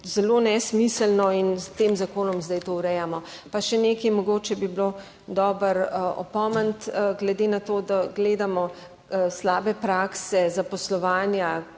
zelo nesmiselno in s tem zakonom zdaj to urejamo. Pa še nekaj, mogoče bi bilo dobro opomniti glede na to, da gledamo slabe prakse zaposlovanja,